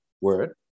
word